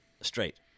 straight